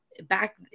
back